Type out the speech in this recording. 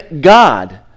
God